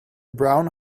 brown